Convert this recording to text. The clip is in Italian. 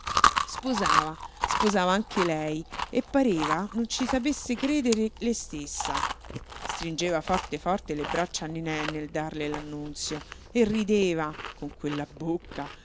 sposava sposava anche lei e pareva non ci sapesse credere lei stessa stringeva forte forte le braccia a nené nel darle l'annunzio e rideva